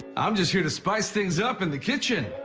i'm just here to spice things up in the kitchen.